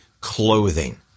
clothing